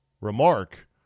remark